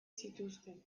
zituzten